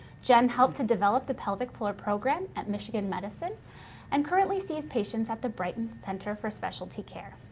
jen helped to develop the pelvic floor program at michigan medicine and currently sees patients at the brighton center for specialty care.